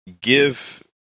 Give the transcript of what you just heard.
give